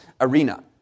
arena